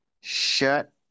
shut